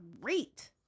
great